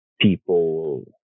people